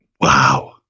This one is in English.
Wow